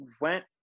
went